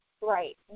Right